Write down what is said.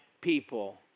people